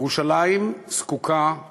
ירושלים זקוקה לאוכלוסייה,